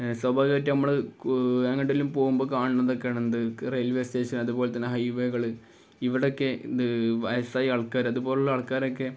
സ്വാഭാവികമായിട്ട് നമ്മള് എങ്ങോട്ടേലും പോവുമ്പോള് കാണുന്നതൊക്കെയാണെന്ത് റെയിൽവേ സ്റ്റേഷൻ അതുപോലെ തന്നെ ഹൈവേകള് ഇവിടൊക്കെ ഇത് വയസ്സായ ആൾക്കാര് അതുപോലുള്ള ആൾക്കാരൊക്കെ